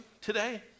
today